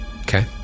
Okay